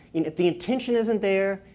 if the intention isn't there,